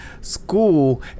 School